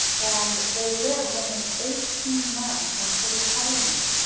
and they live only eighteen months after retirement.